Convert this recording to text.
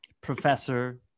Professor